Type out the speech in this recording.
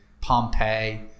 Pompeii